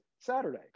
saturday